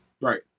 Right